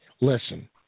listen